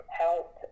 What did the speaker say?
help